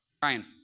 Brian